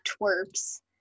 twerps